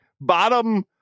bottom